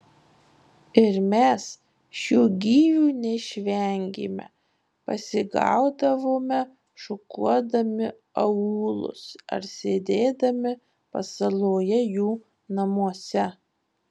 ir mes šių gyvių neišvengėme pasigaudavome šukuodami aūlus ar sėdėdami pasaloje jų namuose